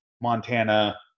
Montana